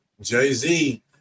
Jay-Z